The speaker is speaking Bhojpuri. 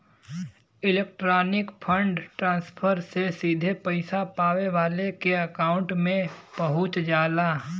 इलेक्ट्रॉनिक फण्ड ट्रांसफर से सीधे पइसा पावे वाले के अकांउट में पहुंच जाला